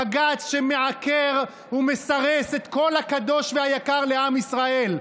בג"ץ שמעקר ומסרס את כל הקדוש והיקר לעם ישראל.